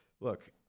look